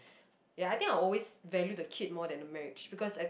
ya I think I will always value the kid more than the marriage because I think